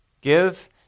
Give